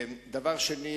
דבר שני,